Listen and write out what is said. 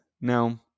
Now